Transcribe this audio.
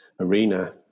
arena